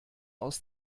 aus